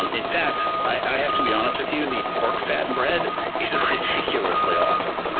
um in fact, i have to be honest with you, the pork fat bread is ridiculously awesome.